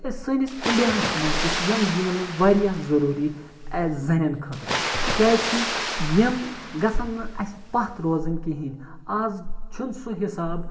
سٲنِس اِنڈیاہَس منٛز تہِ چھِ یِم گیمہٕ واریاہ ضٔروٗری ایز زَنٮ۪ن خٲطرٕ کیٛازِکہِ یِم گژھن نہٕ اَسہِ پَتھ روزٕنۍ کِہیٖنۍ آز چھُنہٕ سُہ حِساب